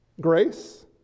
Grace